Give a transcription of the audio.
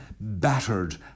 battered